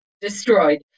destroyed